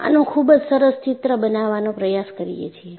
આનો ખુબ જ સરસ ચિત્ર બનાવવાનો પ્રયાસ કરીએ છીએ